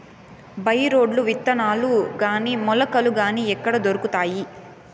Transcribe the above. By రోడ్లు విత్తనాలు గాని మొలకలు గాని ఎక్కడ దొరుకుతాయి?